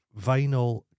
Vinyl